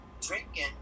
drinking